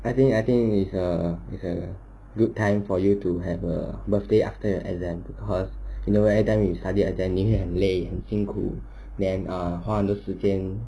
I think I think is a is a good time for you to have a birthday after your exam because you know why every time you study exam 你会很累很辛苦 then err 花很多时间